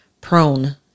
prone